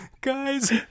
Guys